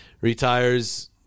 retires